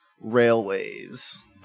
railways